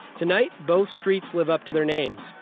tonight, both streets live up to their names.